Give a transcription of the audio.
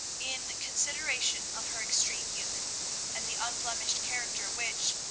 in consideration of her extreme youth and the unblemished character which,